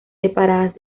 separadas